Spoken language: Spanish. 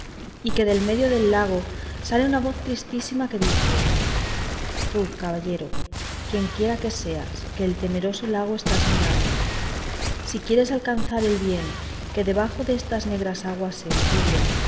y que del medio del lago sale una voz tristísima que dice tú caballero quienquiera que seas que el temeroso lago estás mirando si quieres alcanzar el bien que debajo destas negras aguas se encubre